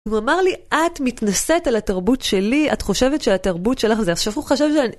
הוא אמר לי, את מתנשאת על התרבות שלי, את חושבת שהתרבות שלך זה, עכשיו הוא חשב שאני...